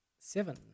Seven